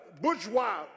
bourgeois